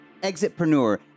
exitpreneur